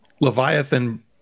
leviathan